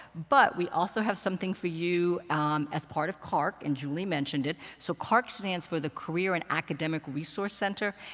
but we also have something for you um as part of carc. and julie mentioned it. so carc stands for the career and academic resource center.